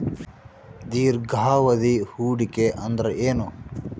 ದೀರ್ಘಾವಧಿ ಹೂಡಿಕೆ ಅಂದ್ರ ಏನು?